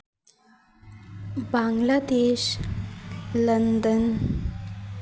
Bangladesh London